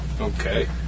Okay